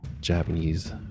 japanese